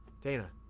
Dana